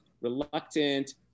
reluctant